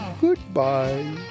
Goodbye